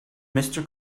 mister